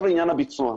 לעניין הביצוע,